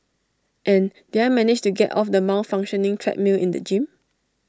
and did I manage to get off the malfunctioning treadmill in the gym